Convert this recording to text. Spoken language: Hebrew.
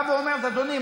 היא באה ואומרת: אדוני,